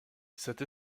cette